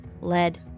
lead